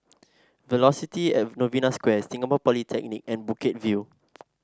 Velocity At Novena Square Singapore Polytechnic and Bukit View